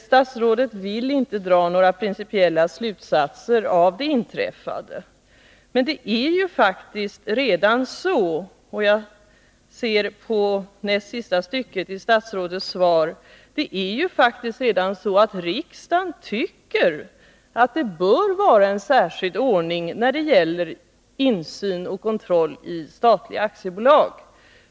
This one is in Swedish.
Statsrådet vill inte dra några principiella slutsatser av det inträffade. Men det är ju faktiskt redan så — och jag ser på näst sista stycket i statsrådets svar — att riksdagen tycker att det bör vara en särskild ordning när det gäller insyn i och kontroll av statliga aktiebolag.